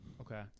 Okay